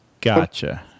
Gotcha